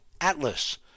ATLAS